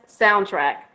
soundtrack